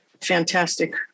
fantastic